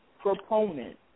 proponent